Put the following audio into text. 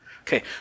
Okay